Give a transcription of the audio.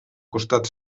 costat